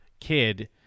kid